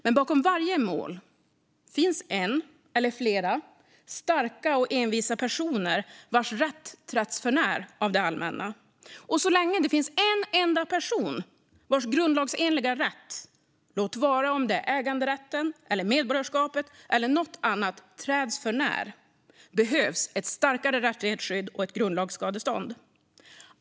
Men bakom varje mål finns en eller flera starka och envisa personer vilkas rätt trätts förnär av det allmänna. Och så länge det finns en enda person vars grundlagsenliga rätt, låt vara om det är äganderätten, medborgarskapet eller något annat, träds förnär behövs ett starkare rättighetsskydd och ett grundlagsskadestånd.